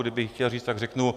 Kdybych ji chtěl říci, tak řeknu...